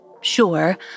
sure